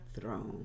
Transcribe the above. throne